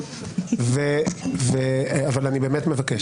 אני באמת מבקש.